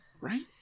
Right